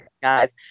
guys